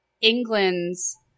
England's